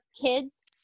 kids